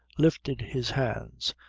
lifted his hands,